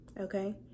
Okay